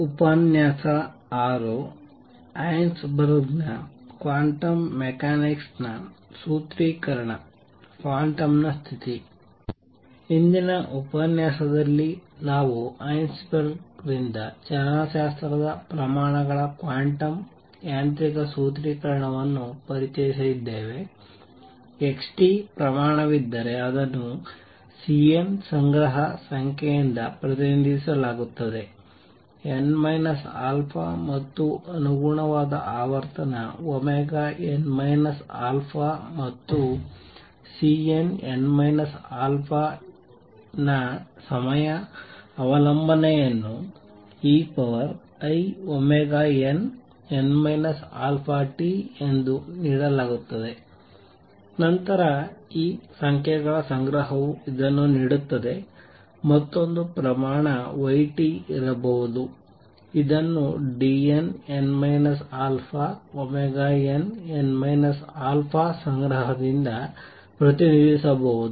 ಹೈಸೆನ್ಬರ್ಗ್ನ quantum ಮೆಕ್ಯಾನಿಕ್ಸ್ನ ಸೂತ್ರೀಕರಣ quantum ಸ್ಥಿತಿ ಹಿಂದಿನ ಉಪನ್ಯಾಸದಲ್ಲಿ ನಾವು ಹೈಸೆನ್ಬರ್ಗ್ ರಿಂದ ಚಲನಶಾಸ್ತ್ರದ ಪ್ರಮಾಣಗಳ ಕ್ವಾಂಟಮ್ ಯಾಂತ್ರಿಕ ಸೂತ್ರೀಕರಣವನ್ನು ಪರಿಚಯಿಸಿದ್ದೇವೆ x ಪ್ರಮಾಣವಿದ್ದರೆ ಅದನ್ನು Cn ಸಂಗ್ರಹ ಸಂಖ್ಯೆಯಿಂದ ಪ್ರತಿನಿಧಿಸಲಾಗುತ್ತದೆ n α ಮತ್ತು ಅನುಗುಣವಾದ ಆವರ್ತನ n α ಮತ್ತು Cnn α ನ ಸಮಯ ಅವಲಂಬನೆಯನ್ನು einn αt ಎಂದು ನೀಡಲಾಗುತ್ತದೆ ನಂತರ ಈ ಸಂಖ್ಯೆಗಳ ಸಂಗ್ರಹವು ಇದನ್ನು ನೀಡುತ್ತದೆ ಮತ್ತೊಂದು ಪ್ರಮಾಣ y ಇರಬಹುದು ಇದನ್ನು Dnn α nn α ಸಂಗ್ರಹದಿಂದ ಪ್ರತಿನಿಧಿಸಬಹುದು